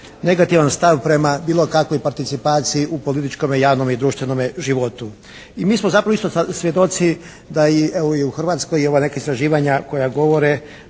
negativan stav prema bilo kakvoj participaciji u političkome, javnome i društvenome životu. I mi smo zapravo isto svjedoci da i evo i u Hrvatskoj i ova neka istraživanja koja govore